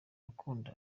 rukundo